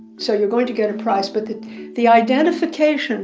so you're going to get a prize. but the identification